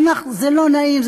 זה לא נעים,